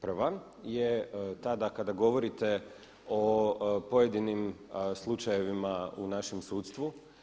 Prva je ta da kada govorite o pojedinim slučajevima u našem sudstvu.